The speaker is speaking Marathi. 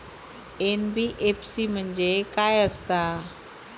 एन.बी.एफ.सी म्हणजे खाय आसत?